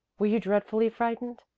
were you dreadfully frightened?